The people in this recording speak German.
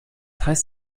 heißt